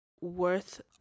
worth